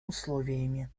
условиями